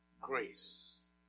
grace